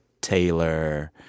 Taylor